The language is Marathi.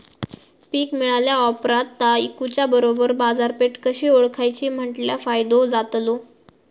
पीक मिळाल्या ऑप्रात ता इकुच्या बरोबर बाजारपेठ कशी ओळखाची म्हटल्या फायदो जातलो?